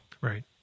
Right